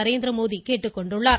நரேந்திரமோடி கேட்டுக்கொண்டுள்ளார்